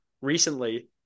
recently